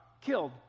killed